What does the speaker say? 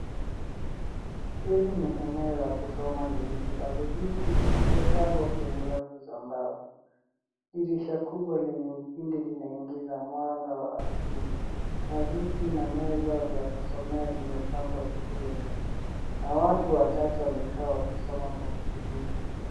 Hili ni eneo la kusoma lenye vitabu vingi vilivyopangwa kwenye rafu za mbao. Dirisha kubwa lenye upinde linaingiza mwanga wa asili, na viti na meza za kusomea zimepangwa vizuri, na watu wachache wamekaa wakisoma kwa utulivu.